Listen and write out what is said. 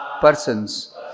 persons